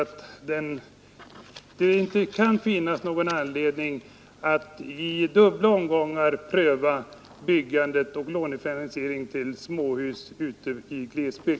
Det kan inte finnas någon anledning att i dubbla omgångar pröva lånefinansieringen för byggandet av småhus ute i glesbygd.